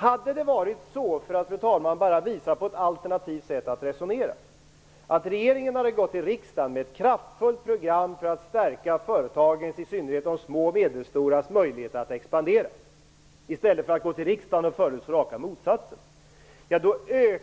Hade det varit så, fru talman, att regeringen hade gått till riksdagen med ett kraftfullt program för att stärka företagens, i synnerhet de små och medelstoras, möjligheter att expandera, i stället för att gå till riksdagen och föreslå raka motsatsen, då